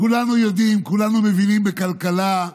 כולנו יודעים, כולנו מבינים בכלכלה,